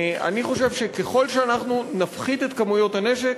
אני חושב שככל שאנחנו נפחית את כמויות הנשק,